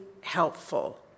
helpful